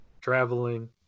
traveling